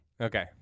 Okay